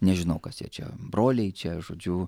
nežinau kas jie čia broliai čia žodžiu